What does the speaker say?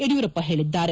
ಯಡಿಯೂರಪ್ಪ ಹೇಳಿದ್ದಾರೆ